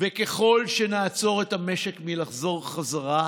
ככל שנעצור את המשק מלחזור חזרה